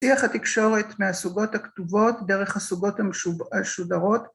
‫שיח התקשורת מהסוגות הכתובות ‫דרך הסוגות המשודרות.